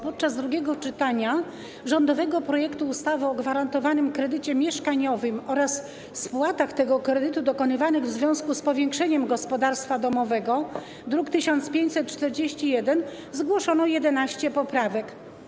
Podczas drugiego czytania rządowego projektu ustawy o gwarantowanym kredycie mieszkaniowym oraz spłatach tego kredytu dokonywanych w związku z powiększeniem gospodarstwa domowego, druk nr 1541, zgłoszono 11 poprawek.